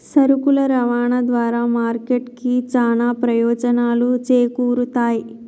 సరుకుల రవాణా ద్వారా మార్కెట్ కి చానా ప్రయోజనాలు చేకూరుతయ్